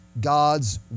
God's